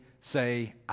say